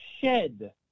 shed